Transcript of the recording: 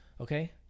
okay